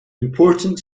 important